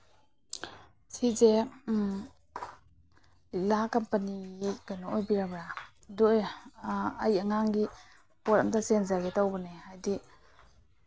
ꯁꯤꯁꯦ ꯂꯤꯛꯂꯥ ꯀꯝꯄꯅꯤꯒꯤ ꯀꯩꯅꯣ ꯑꯣꯏꯕꯤꯔꯕ꯭ꯔꯥ ꯑꯩꯒꯤ ꯑꯉꯥꯡꯒꯤ ꯄꯣꯠ ꯑꯝꯇ ꯆꯦꯟꯖꯒꯦ ꯇꯧꯕꯅꯦ ꯍꯥꯏꯗꯤ